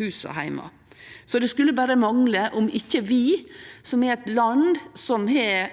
hus og heim. Det skulle berre mangle at ikkje vi, som er eit land som til